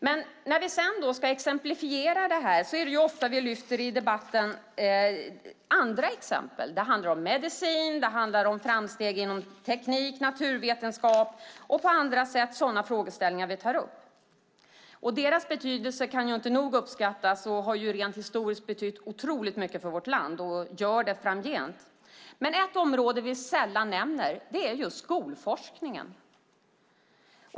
Men i debatten lyfter vi sedan upp andra exempel - det handlar om medicin och om framsteg inom teknik och naturvetenskap och sådana frågeställningar. Deras betydelse kan inte nog uppskattas och har rent historiskt betytt otroligt mycket för vårt land och gör det också framgent. Men ett område vi sällan nämner är skolforskningen.